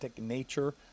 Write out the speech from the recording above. nature